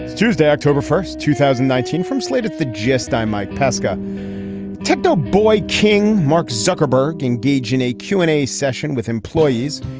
tuesday october first two thousand and nineteen from slate at the gist i'm mike pesca tiptoe boy king mark zuckerberg engage in a q and a session with employees.